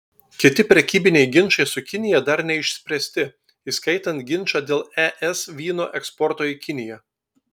kiti prekybiniai ginčai su kinija dar neišspręsti įskaitant ginčą dėl es vyno eksporto į kiniją